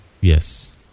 Yes